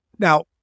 Now